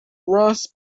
ross